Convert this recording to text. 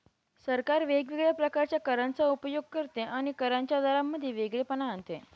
सरकार वेगवेगळ्या प्रकारच्या करांचा उपयोग करते आणि करांच्या दरांमध्ये वेगळेपणा आणते